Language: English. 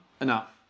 enough